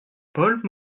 paul